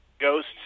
Ghosts